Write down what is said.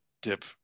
dip